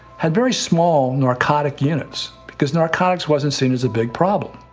had very small narcotic units because narcotics wasn't seen as a big problem.